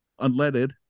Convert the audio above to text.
unleaded